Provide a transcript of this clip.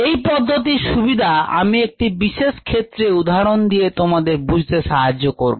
এই পদ্ধতির সুবিধা আমি একটি বিশেষ ক্ষেত্রে এর উদাহরণ দিয়ে তোমাদের বুঝতে সাহায্য করবো